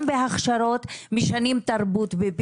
משנים תרבות גם בהכשרות,